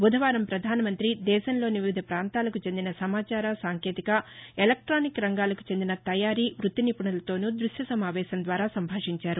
బుధవారం ప్రధానమంత్రి దేశంలోని వివిధ ప్రాంతాలకు చెందిన సమాచార సాంకేతిక ఎలక్ట్టానిక్ తయారీ రంగాలతో చెందిన వృత్తి నిపుణులతోనూ దృశ్య సమావేశం ద్వారా సంభాషించారు